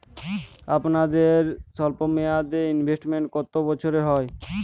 আপনাদের স্বল্পমেয়াদে ইনভেস্টমেন্ট কতো বছরের হয়?